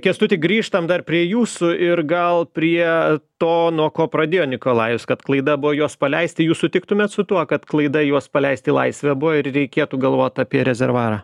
kęstutį grįžtam dar prie jūsų ir gal prie to nuo ko pradėjo nikolajus kad klaida buvo juos paleisti jūs sutiktumėt su tuo kad klaida juos paleisti į laisvę buvo ir reikėtų galvot apie rezervuarą